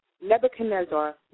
Nebuchadnezzar